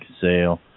Sale